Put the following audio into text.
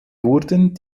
wurden